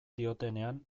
diotenean